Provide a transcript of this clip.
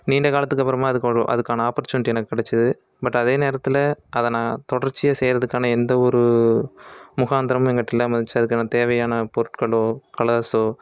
நீண்ட காலத்துக்கு அப்புறமா அதுக்கு ஒரு அதுக்கான ஆப்பர்ச்சுனிட்டி எனக்கு கிடைச்சது பட் அதே நேரத்தில் அதை நான் தொடர்ச்சியாக செய்யறதுக்கான எந்த ஒரு முகாந்திரமும் என்கிட்ட இல்லாமலிருந்துச்சு அதுக்கான தேவையான பொருட்களோ கலர்ஸோ